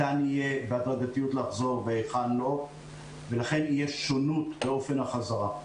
ניתן לחזור בהדרגתיות והיכן לא ולכן תהיה שונות באופן החזרה.